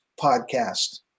podcast